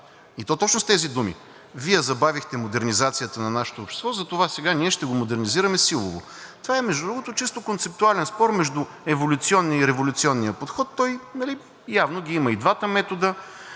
и то точно с тези думи: „Вие забавихте модернизацията на нашето общество, затова сега ние ще го модернизираме силово.“ Това е, между другото, чисто концептуален спор между еволюционния и революционния подход. Явно ги има и двата метода